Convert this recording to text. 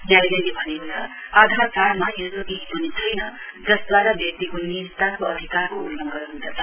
न्यायालयले भनेको छ आधार कार्डमा यस्तो केही पनि छैन जसद्वारा व्यक्तिको निजताको अधिकारको उल्लंघन हुँदछ